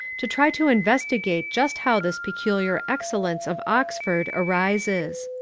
to try to investigate just how this peculiar excellence of oxford arises.